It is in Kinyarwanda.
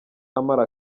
amara